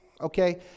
Okay